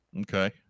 Okay